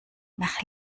nach